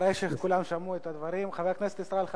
אחרי שכולם שמעו את הדברים, חבר הכנסת ישראל חסון.